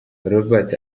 robert